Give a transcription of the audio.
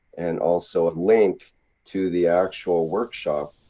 and also ah link to the actual workshop,